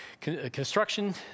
construction